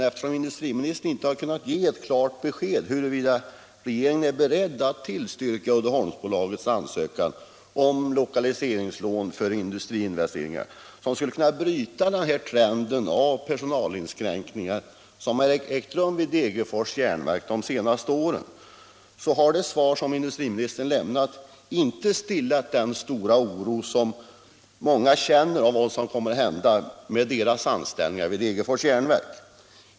Eftersom industriministern inte har kunnat ge ett klart besked huruvida regeringen är beredd att tillstyrka Uddeholmsbolagets ansökan om lokaliseringslån till industriinvesteringar, som skulle kunna bryta de senaste årens trend när det gäller personalinskränkningar vid Degerfors Järnverk, har det svar som industriministern nu lämnat inte stillat den stora oro som många känner inför vad som kommer att hända med deras anställningar vid Degerfors Järnverk.